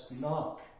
knock